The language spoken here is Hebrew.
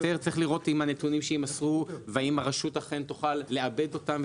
צריך לראות את הנתונים שיימסרו והאם הרשות תוכל לעבד אותם,